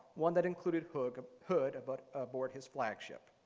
one that included hood hood but abort his flagship.